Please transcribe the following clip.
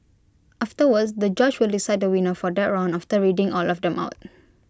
afterwards the judge will decide the winner for that round after reading all of them out